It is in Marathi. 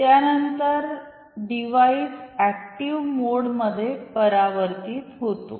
त्यानंतर डिव्हाइस अॅक्टिव मोडमध्येपरावर्तित हॊतो